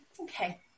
Okay